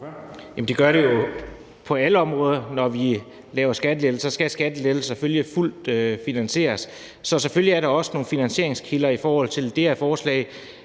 det gør det jo på alle områder, når vi laver skattelettelser – så skal skattelettelserne selvfølgelig fuldt finansieres. Så selvfølgelig er der også nogle finansieringskilder i forhold til det her forslag.